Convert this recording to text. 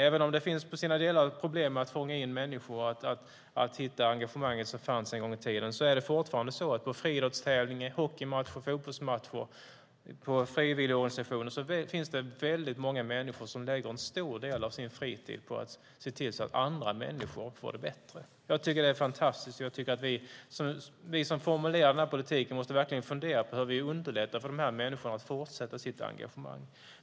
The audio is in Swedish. Även om det i sina delar finns problem med att fånga in människor och hitta det engagemang som fanns en gång i tiden, finns det fortfarande på friidrottstävlingar, hockeymatcher, fotbollsmatcher och i frivilligorganisationer väldigt många människor som ägnar en stor del av sin fritid åt att se till att andra människor får det bättre. Jag tycker att det är fantastiskt. Vi som formulerar den här politiken måste verkligen fundera på hur vi underlättar för de här människorna att fortsätta sitt engagemang.